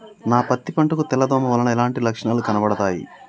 నా పత్తి పంట కు తెల్ల దోమ వలన ఎలాంటి లక్షణాలు కనబడుతాయి?